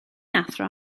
athro